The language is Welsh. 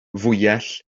fwyell